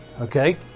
Okay